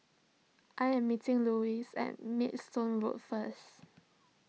I am meeting Luis at Maidstone Road first